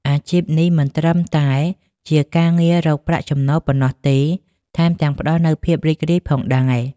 អាជីពនេះមិនត្រឹមតែជាការងាររកប្រាក់ចំណូលប៉ុណ្ណោះទេ ថែមទាំងផ្តល់នូវភាពរីករាយផងដែរ។